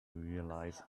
realize